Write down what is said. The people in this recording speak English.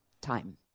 time